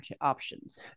options